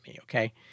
okay